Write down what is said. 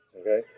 Okay